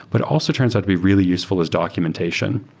but it also turns out to be really useful as documentation.